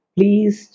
Please